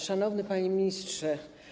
Szanowny Panie Ministrze!